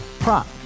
Prop